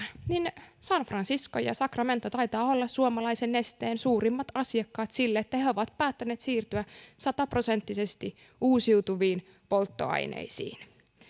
niin san francisco ja sacramento taitavat olla suomalaisen nesteen suurimmat asiakkaat siksi että ne ovat päättäneet siirtyä sataprosenttisesti uusiutuviin polttoaineisiin